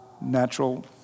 natural